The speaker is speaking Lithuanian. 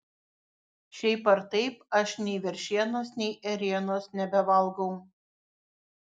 šiaip ar taip aš nei veršienos nei ėrienos nebevalgau